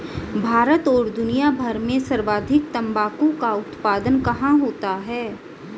भारत और दुनिया भर में सर्वाधिक तंबाकू का उत्पादन कहां होता है?